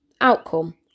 outcome